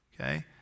okay